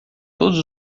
todos